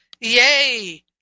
yay